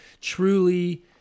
truly